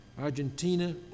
Argentina